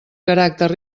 caràcter